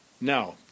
Now